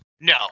No